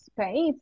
space